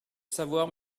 savoir